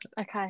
Okay